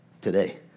today